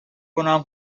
کنم